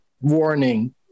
warning